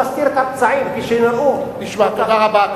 הוא מסתיר את הפצעים כשהוא נשמע ככה.